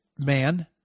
man